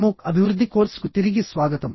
MOOC అభివృద్ధి కోర్సుకు తిరిగి స్వాగతం